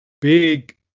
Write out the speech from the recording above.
big